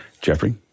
Jeffrey